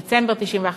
בדצמבר 1991,